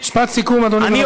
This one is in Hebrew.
משפט סיכום, אדוני, בבקשה.